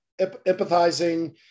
empathizing